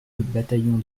bataillon